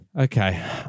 Okay